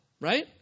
right